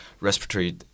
respiratory